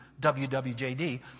WWJD